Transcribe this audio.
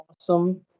awesome